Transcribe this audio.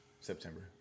September